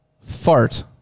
fart